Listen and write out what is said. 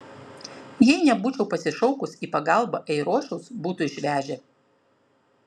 jei nebūčiau pasišaukus į pagalbą eirošiaus būtų išvežę